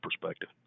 perspective